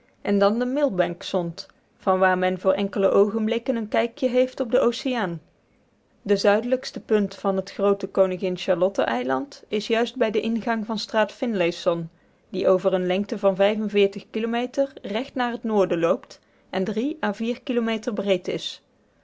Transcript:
en dan de milbank sont van waar men voor enkele oogenblikken een kijkje heeft op den oceaan de zuidelijkste punt van het groote koningin charlotte eiland is juist bij den ingang van straat finlayson die over eene lengte van kilometer recht naar het noorden loopt en drie à vier kilometer breed is